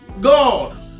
God